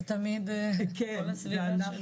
זה תמיד כל הסביבה שלו.